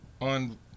on